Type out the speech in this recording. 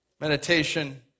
meditation